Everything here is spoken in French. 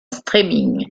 streaming